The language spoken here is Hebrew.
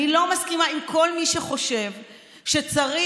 אני לא מסכימה עם כל מי שחושב שצריך